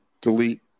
delete